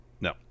no